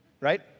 Right